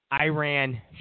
Iran